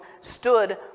stood